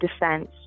defense